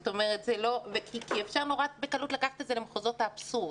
כי אפשר בקלות לקחת את זה למחוזות האבסורד.